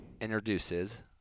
introduces